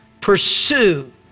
pursue